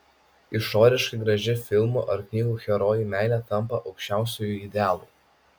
išoriškai graži filmų ar knygų herojų meilė tampa aukščiausiuoju idealu